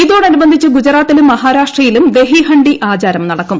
ഇതോടനുബന്ധിച്ച് ഗുജറാത്തിലും മഹാരാഷ്ട്രയിലും ദഹി ഹണ്ഡി ആചാരം നടക്കും